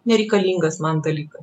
nereikalingas man dalykas